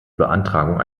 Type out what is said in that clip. beantragung